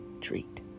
treat